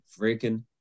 freaking